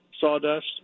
sawdust